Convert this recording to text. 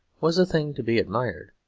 was a thing to be admired,